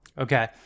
Okay